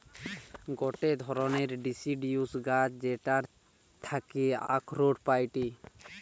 গটে ধরণের ডিসিডিউস গাছ যেটার থাকি আখরোট পাইটি